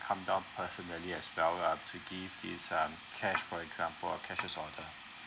come down personally as well lah to give this um cash for example cashes order